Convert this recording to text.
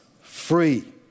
free